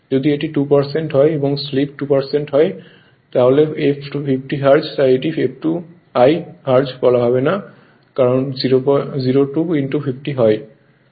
যদি এটি 2 হয় এবং স্লিপ 2 হয় তাহলে f 50 হার্টজ তাই এটিকে F2 1 হার্টজ বলা হবে না কারণ 02 50 হয়